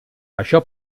això